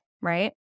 right